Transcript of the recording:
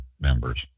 members